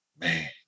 Man